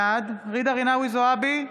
בעד ג'ידא רינאוי זועבי,